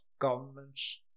governments